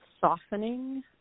softening